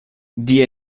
die